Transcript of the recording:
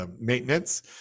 maintenance